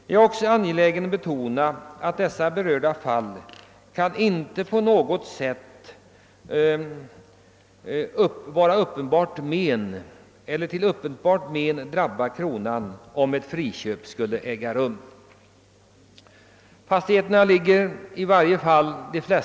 Jag är angelägen att betona att friköp i de berörda fallen inte på något sätt kan vara till men för kronan. De flesta fastigheterna ligger utmed allmän väg.